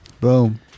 Boom